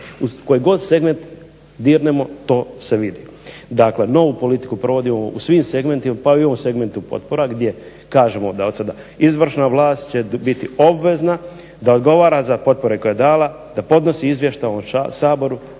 U koji god segment dirnemo to se vidi. Dakle, novu politiku provodimo u svim segmentima, pa i u ovom segmentu potpora gdje kažemo da od sada izvršna vlast će biti obvezna, da odgovara za potpore koje je dala, da podnosi izvještaj Saboru